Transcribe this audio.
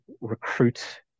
recruit